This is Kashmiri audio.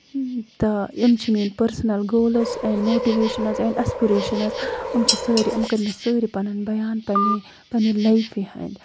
تہٕ یِم چھِ میٲنۍ personal goals and motivations and aspirations یِم چھِ سٲری یِم کٔر مےٚ سٲری پَنُن بَیان پَنٕنہِ پنٕنہِ لایفہِ ہٕنٛدۍ